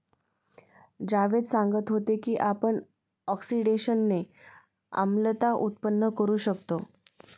जावेद सांगत होते की आपण ऑक्सिडेशनने आम्लता उत्पन्न करू शकतो